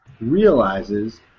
realizes